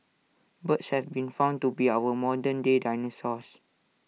birds have been found to be our modern day dinosaurs